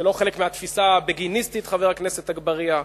זה לא חלק מהתפיסה הבגיניסטית, חבר הכנסת אגבאריה.